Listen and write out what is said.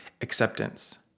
acceptance